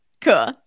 Cool